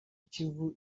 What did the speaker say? ikivu